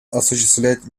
осуществлять